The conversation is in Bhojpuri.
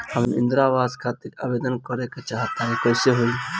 हम इंद्रा आवास खातिर आवेदन करे क चाहऽ तनि कइसे होई?